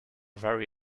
very